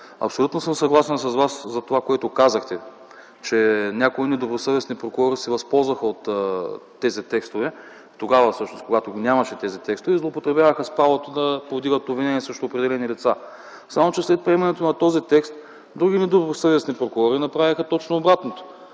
Абсолютно съм съгласен с Вас за това, което казахте, че някои недобросъвестни прокурори се възползваха тогава, когато всъщност ги нямаше тези текстове и злоупотребяваха с правото да повдигат обвинение срещу определени лица. Само че след приемането на този текст други недобросъвестни прокурори направиха точно обратното